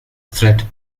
threat